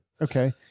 Okay